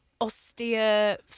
austere